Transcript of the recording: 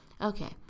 Okay